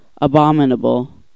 abominable